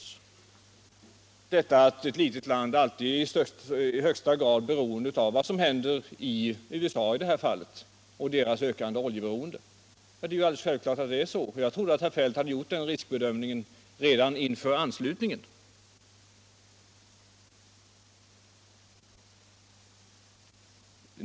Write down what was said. Självklart är ett litet land alltid i högsta grad beroende av vad som händer i USA i det här fallet och av deras ökande oljeberoende. Jag trodde att herr Feldt hade gjort den riskbedömningen redan inför anslutningen.